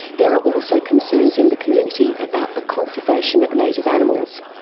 there are also concerns in the community about the conservation of native animals.